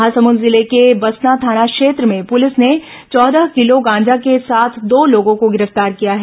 महासमुंद जिले के बसना थाना क्षेत्र में पुलिस ने चौदह किलो गांजा के साथ दो लोगों को गिरफ्तार किया है